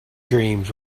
dreams